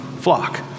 flock